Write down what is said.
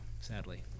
sadly